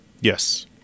Yes